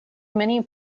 many